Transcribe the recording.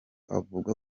avuga